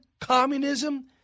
communism